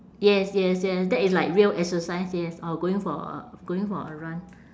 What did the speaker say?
yes yes yes that is like real exercise yes or going for a going for a run